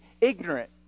ignorant